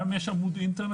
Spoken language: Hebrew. גם אם יש עמוד אינטרנט,